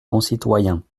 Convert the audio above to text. concitoyens